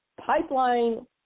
pipeline